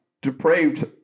depraved